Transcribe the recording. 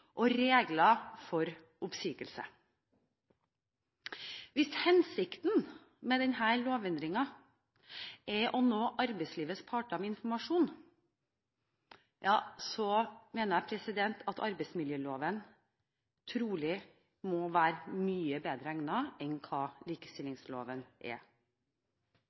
og regler for oppsigelse. Hvis hensikten med denne lovendringen er å nå arbeidslivets parter med informasjon, mener jeg at arbeidsmiljøloven trolig må være mye bedre egnet enn hva likestillingsloven er.